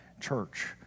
church